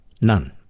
None